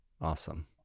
Awesome